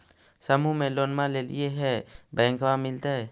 समुह मे लोनवा लेलिऐ है बैंकवा मिलतै?